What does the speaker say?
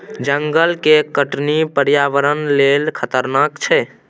जंगल के कटनी पर्यावरण लेल खतरनाक छै